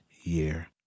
year